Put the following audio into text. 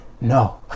no